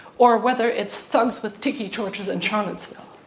or whether it's thugs with tiki torches in charlottesville,